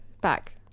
back